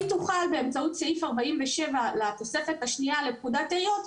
היא תוכל באמצעות סעיף 47 לתוספת השנייה לפקודת העיריות,